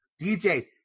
DJ